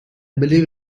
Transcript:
believe